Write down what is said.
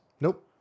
nope